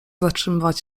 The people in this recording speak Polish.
zatrzymywać